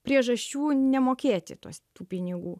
priežasčių nemokėti tos tų pinigų